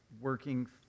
working